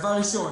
דבר ראשון